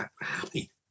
happy